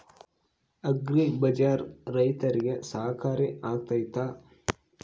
Agri Bazaar ರೈತರಿಗೆ ಸಹಕಾರಿ ಆಗ್ತೈತಾ?